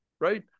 right